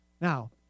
Now